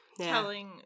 Telling